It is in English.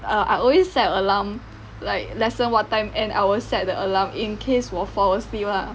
err I always set alarm like lesson what time end I will set the alarm in case 我 fall asleep lah